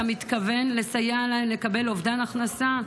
מתכוון לסייע להן לקבל אובדן הכנסה,